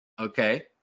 okay